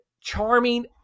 charming